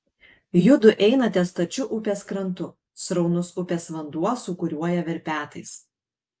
judu einate stačiu upės krantu sraunus upės vanduo sūkuriuoja verpetais